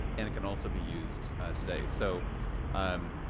and it can also be used today. so um